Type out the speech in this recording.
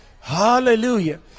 Hallelujah